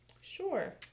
sure